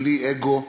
בלי אגו,